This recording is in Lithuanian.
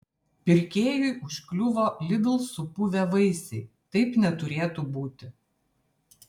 pirkėjui užkliuvo lidl supuvę vaisiai taip neturėtų būti